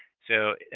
so,